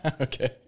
Okay